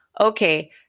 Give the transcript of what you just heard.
Okay